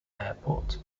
airport